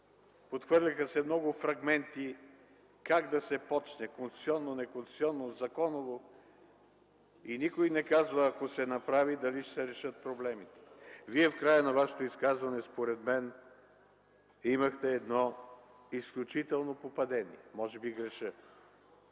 подхвърляха се много фрагменти как да се започне – конституционно, неконституционно, законово, и никой не каза: ако се направи, дали ще се решат проблемите? В края на Вашето изказване според мен имахте едно изключително попадение – може би греша.